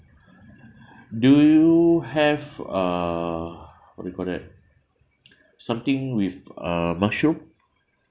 do you have uh what you call that something with uh mushroom